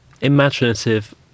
imaginative